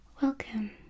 Welcome